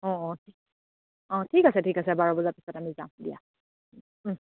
অ' অ' অ' ঠিক আছে ঠিক আছে বাৰ বজাৰ পিছত আমি যাম দিয়া